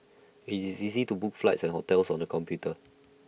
IT is easy to book flights and hotels on the computer